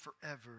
forever